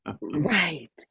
Right